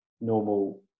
normal